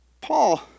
Paul